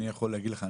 אני יכול להגיד לך,